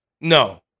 No